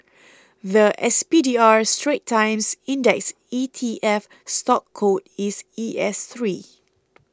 the S P D R Straits Times Index E T F stock code is E S three